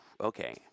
okay